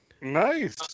nice